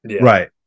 Right